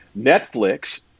Netflix